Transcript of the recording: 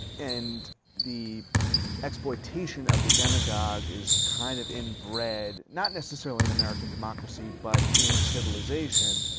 and the exploitation of the demagogue is kind of inbred, not necessarily in american democracy, but in civilization.